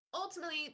Ultimately